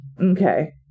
okay